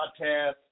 podcast